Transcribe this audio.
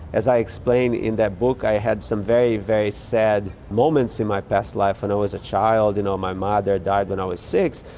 as i explain in that book, i had some very, very sad moments in my past life when i was a child, you know my mother died when i was six,